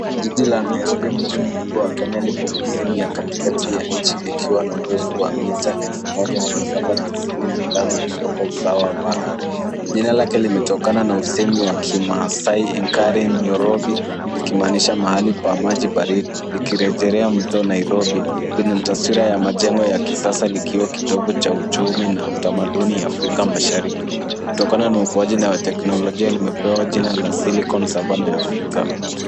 Jiji la Nairobi mji mkubwa wa kenya lipo kusini ya katikati ya nchi likiwa na urefu wa mita elfu moja, mia saba, tisini na tano kutoka usawa wa bahari. Jina lake limetokana na usemi wa kimaasai enkare nyorob i likimaanisha mahali pa maji baridi. Likirejerea mto Nairobi lina taswira ya majengo ya kisasa likiwa kitovu cha uchumi na utamaduni Afrika Mashariki. Kutokana na ukwaji na wa teknolojia limepewa jina la Silicon Savanah ya Afrika.